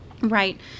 right